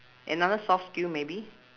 another soft skill maybe